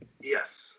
Yes